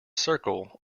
circle